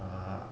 uh